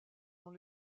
dans